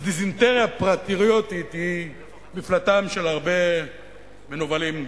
אז דיזנטריה פטריוטית היא מפלטם של הרבה מנוולים,